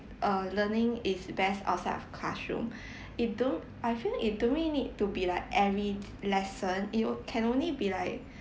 err learning is best outside of classroom it don't I feel it don't really need to be like every lesson it will can only be like